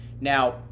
Now